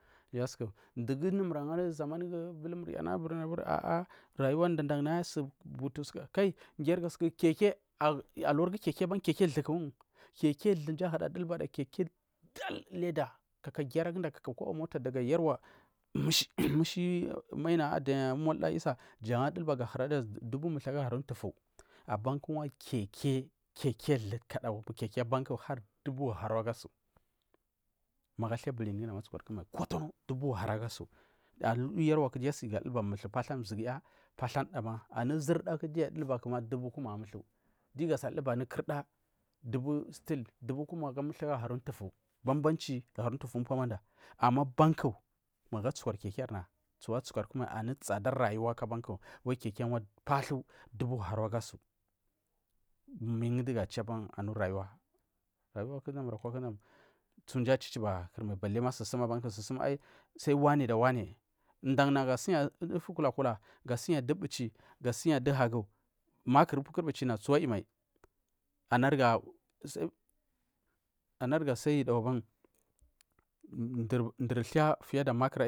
Jangu du bulmur zamanku a. a rayuwar dadan naya kai keke a ulargu keke thuku keke thu mji ahura dulbada keke thuku dal ulida kaka gyraguda kakar kobori mota daga yeawa mishi marna adaya mulda isa jan adulba ga hurda adu chibu mutha aga haru muthu keke thu kadau ya abanuku dubu haru agasu magu althal bulinguda ma a bukar kurmai dubu haru agasu uyerwa ku gui adulba mutha pathu anu ziriya aga anuda anu zirda duyu anulba kuma dubu kumugapo mullche gou fasa dulba anu kurda chibu kumugapomthe aga hani mlirtu banbanchi haru mtutu jan upatsajada ama abanku magu a bukuri keke aban tsu a tsukwari kur mai anu tsadar raywo a abanou wa keke pathu dubu haru agasu mindugu achu aban anu rayuwa raywaku chi mur akwa dam tsu mji achichiba kurma balima sursum abanky sai wani da wani dan na ga siya dutu kula kula ga siya du bichi ga siya du hagu makur upukur bichi da a tsu aiyi mai anonga sai judapy aban sai ga.